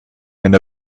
and